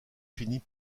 finit